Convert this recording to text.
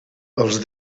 els